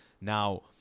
Now